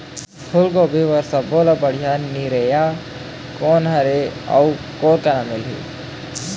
फूलगोभी बर सब्बो ले बढ़िया निरैया कोन हर ये अउ कोन करा मिलही?